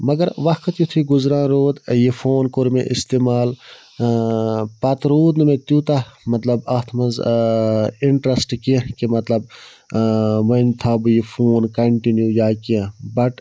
مگر وقت یتھُے گُزران روٗد یہِ فون کوٚر مےٚ اِستعمال پَتہٕ روٗد نہٕ مےٚ تیٛوٗتاہ مطلب اَتھ منٛز اِنٹرسٹہٕ کیٚنٛہہ کہِ مطلب وۄنۍ تھاوٕ بہٕ یہِ فون کَنٹِنیو یا کیٚنٛہہ بَٹ